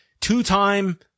two-time